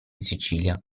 sicilia